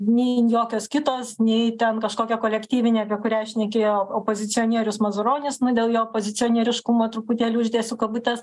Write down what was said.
nei jokios kitos nei ten kažkokia kolektyvinė apie kurią šnekėjo opozicionierius mazuronis nu dėl jo opozicionieriškumo truputėlį uždėsiu kabutes